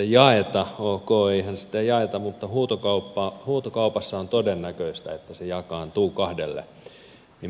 ok eihän sitä jaeta mutta huutokaupassa on todennäköistä että se jakaantuu kahdelle